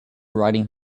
riding